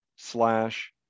slash